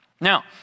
Now